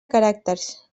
caràcters